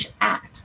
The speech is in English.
act